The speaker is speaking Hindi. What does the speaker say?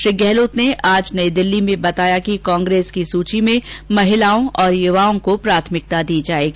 श्री गहलोत ने आज नई दिल्ली में बताया कि कांग्रेस की सूची में महिलाओं और युवाओं को प्राथमिकता दी जायेगी